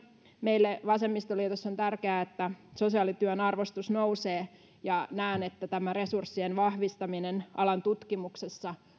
meille vasemmistoliitossa on tärkeää että sosiaalityön arvostus nousee ja näen että tämä resurssien vahvistaminen alan tutkimuksessa